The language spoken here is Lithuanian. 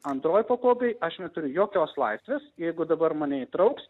antroj pakopėj aš neturiu jokios laisvės jeigu dabar mane įtrauks